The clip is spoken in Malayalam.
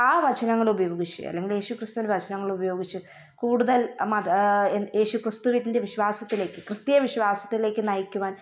ആ വചനങ്ങളുപയോഗിച്ച് അല്ലെങ്കിൽ യേശു ക്രിസ്തുവിൻ്റെ വചനങ്ങൾ ഉപയോഗിച്ച് കൂടുതൽ മത യേശു ക്രിസ്തുവിൻ്റെ വിശ്വാസത്തിലേക്ക് ക്രിസ്ത്യ വിശ്വാവാസത്തിലേക്കു നയിക്കുവാൻ